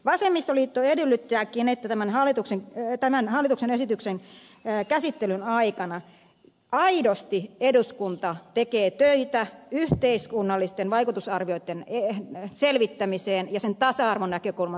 vasemmistoliitto edellyttääkin että tämän hallituksen esityksen käsittelyn aikana aidosti eduskunta tekee töitä yhteiskunnallisten vaikutusarvioitten selvittämiseen ja sen tasa arvonäkökulman selvittämiseen